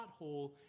pothole